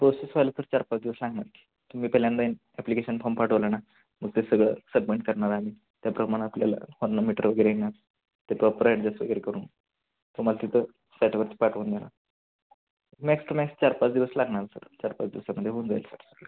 process व्हायला sir चार पाच दिवस लागणार तुम्ही पहिल्यांदा ॲप्लिकेशन फॉर्म पाठवला ना मग ते सगळं सबमिट करणार आम्ही त्याप्रमाणं आपल्याला वरून मीटर वगैरे येणार ते प्रॉपर ॲडजस्ट वगैरे करून तुम्हाला तिथं सायटवरती पाठवून देणार मॅक्स टू मॅक्स चार पाच दिवस लागणार सर चार पाच दिवसामध्ये होऊन जाईल सर सगळं